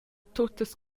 tuttas